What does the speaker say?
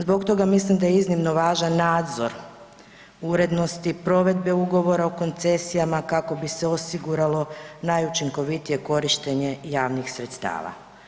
Zbog toga mislim da je iznimno važan nadzor urednosti provedbe Ugovora o koncesijama kako bi se osiguralo najučinkovitije korištenje javnih sredstava.